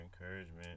encouragement